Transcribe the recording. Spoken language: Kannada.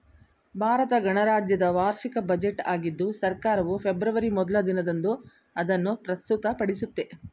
ಭಾರತ ಗಣರಾಜ್ಯದ ವಾರ್ಷಿಕ ಬಜೆಟ್ ಆಗಿದ್ದು ಸರ್ಕಾರವು ಫೆಬ್ರವರಿ ಮೊದ್ಲ ದಿನದಂದು ಅದನ್ನು ಪ್ರಸ್ತುತಪಡಿಸುತ್ತೆ